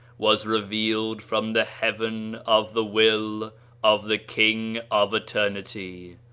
was revealed from the heaven of the will of the king of eternity,